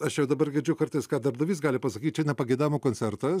aš ir dabar girdžiu kartais ką darbdavys gali pasakyt čia ne pageidavimų koncertas